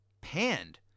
panned